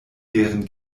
deren